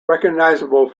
recognisable